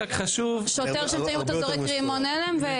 שוטר שמצלמים אותו זורק רימון הלם.